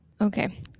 Okay